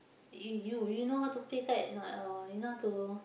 eh you you know how to play kite or not oh you know how to